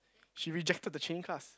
she rejected the training class